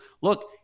look